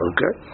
Okay